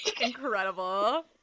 incredible